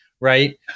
Right